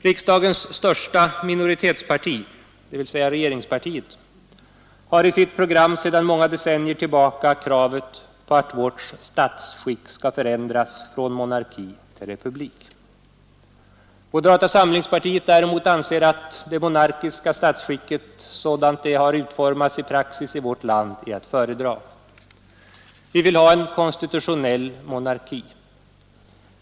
Riksdagens största minoritetsparti, dvs. regeringspartiet, har i sitt program sedan många decennier kravet att vårt statsskick skall anser att det monarkiska statsskicket sådant det har utformats i praxis i vårt land är att föredra. Vi vill ha en konstitutionell monarki.